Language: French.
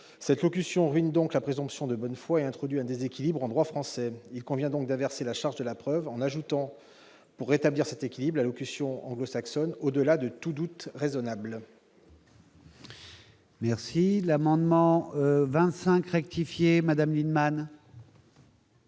cette locution ruine donc la présomption de bonne foi et introduit un déséquilibre en droit français. Il convient d'inverser la charge de la preuve, en ajoutant, pour rétablir l'équilibre, la locution traduite du droit anglo-saxon « au-delà de tout doute raisonnable